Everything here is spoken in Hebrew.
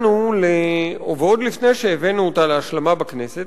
ועוד לפני שהבאנו אותה להשלמה בכנסת,